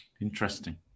Interesting